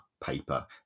paper